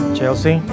Chelsea